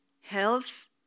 health